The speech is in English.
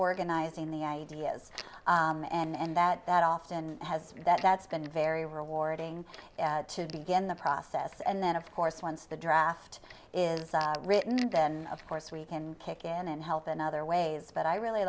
organizing the ideas and that often has that that's been very rewarding to begin the process and then of course once the draft is written then of course we can kick in and help in other ways but i really